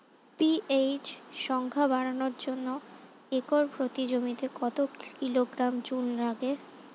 PH সংখ্যা বাড়ানোর জন্য একর প্রতি জমিতে কত কিলোগ্রাম চুন লাগে?